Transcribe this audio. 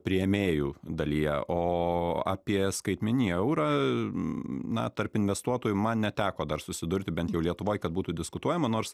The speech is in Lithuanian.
priėmėjų dalyje o apie skaitmenį eurą na tarp investuotojų man neteko dar susidurti bent jau lietuvoj kad būtų diskutuojama nors